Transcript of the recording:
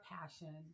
passion